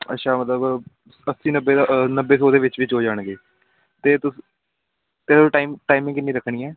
ਅੱਛਾ ਮਤਲਬ ਅੱਸੀ ਨੱਬੇ ਨੱਬੇ ਸੌ ਦੇ ਵਿੱਚ ਵਿੱਚ ਹੋ ਜਾਣਗੇ ਅਤੇ ਤੁਸੀਂ ਟਾਈਮਿੰਗ ਕਿੰਨੀ ਰੱਖਣੀ ਹੈ